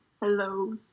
Hello